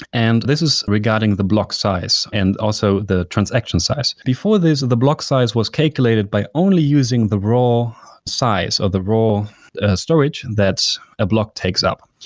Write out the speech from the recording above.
and this is regarding the block size and also the transaction size. before this of the block size was calculated by only using the role size or the role the storage that's a block takes up.